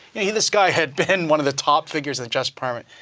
this guy had been one of the top figures in the justice department,